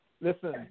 listen